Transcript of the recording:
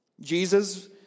Jesus